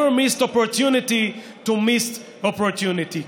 miss an opportunity to miss an opportunity".